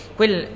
quel